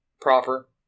proper